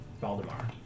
Valdemar